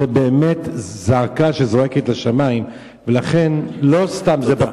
זו באמת זעקה שזועקת לשמים, ולכן, לא סתם זה בא.